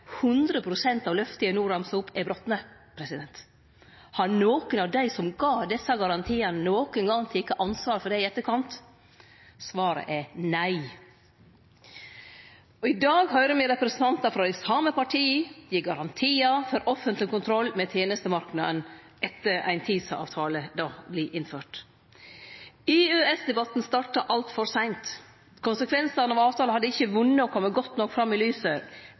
brotne. Har nokon av dei som gav desse garantiane, nokon gong teke ansvar for det i etterkant? Svaret er nei. I dag høyrer me representantar frå dei same partia gi garantiar for offentleg kontroll med tenestemarknaden etter at ein TISA-avtale vert innført. EØS-debatten starta altfor seint. Konsekvensane av avtalen hadde ikkje vunne å kome godt nok fram i lyset.